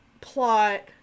plot